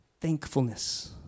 thankfulness